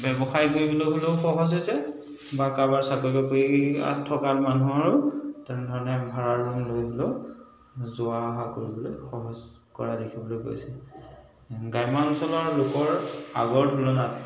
ব্যৱসায় কৰিবলৈ হ'লেও সহজ হৈছে বা কাৰোবাৰ চাকৰি বাকৰি থকা মানুহৰো তেনেধৰণে ভাড়া ৰুম লৈ হ'লেও যোৱা অহা কৰিবলৈ সহজ কৰা দেখিবলৈ গৈছে গ্ৰাম্য অঞ্চলৰ লোকৰ আগৰ তুলনাত